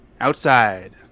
outside